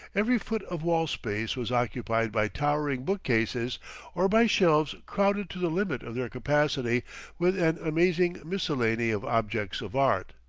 every foot of wall space was occupied by towering bookcases or by shelves crowded to the limit of their capacity with an amazing miscellany of objects of art,